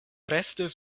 restis